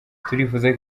turifuza